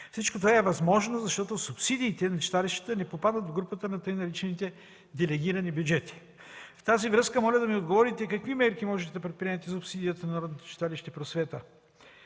Всичко това е възможно, защото субсидиите на читалището не попадат в групата на тъй наречените делегирани бюджети. В тази връзка може да ми отговорите: какви мерки можете да предприемете за субсидията на Народното читалище „Просвета